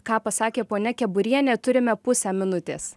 ką pasakė ponia keburienė turime pusę minutės